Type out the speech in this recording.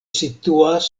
situas